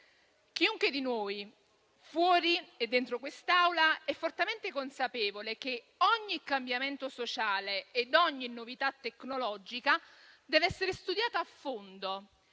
Chiunque di noi, fuori e dentro quest'Aula, è fortemente consapevole che ogni cambiamento sociale e ogni novità tecnologica devono essere studiati a fondo